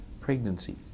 pregnancy